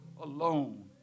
alone